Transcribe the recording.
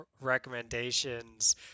recommendations